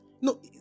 No